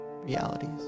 realities